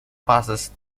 passes